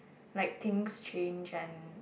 like things change and